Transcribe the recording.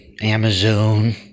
Amazon